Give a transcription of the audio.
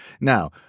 Now